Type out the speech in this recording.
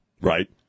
Right